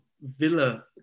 Villa